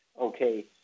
Okay